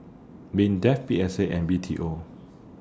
Mindef P S A and B T O